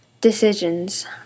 Decisions